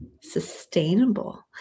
sustainable